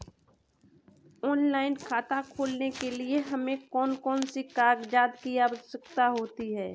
Online खाता खोलने के लिए हमें कौन कौन से कागजात की आवश्यकता होती है?